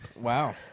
wow